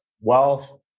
wealth